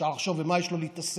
אפשר לחשוב במה יש לו להתעסק,